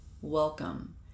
Welcome